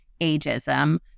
ageism